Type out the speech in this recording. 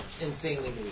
insanely